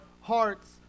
hearts